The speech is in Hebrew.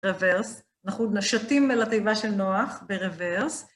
רוורס, אנחנו נשתים לתיבה של נוח ברוורס.